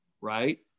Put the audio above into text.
right